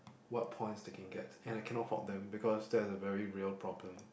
what points they can get and I cannot fault them because that's a very real problem